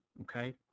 Okay